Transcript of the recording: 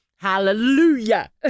Hallelujah